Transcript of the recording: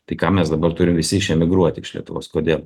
tai ką mes dabar turi visi išemigruoti iš lietuvos kodėl